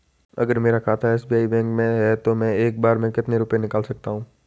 अगर मेरा खाता एस.बी.आई बैंक में है तो मैं एक बार में कितने रुपए निकाल सकता हूँ?